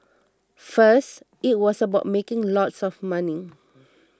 first it was about making lots of money